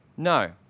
No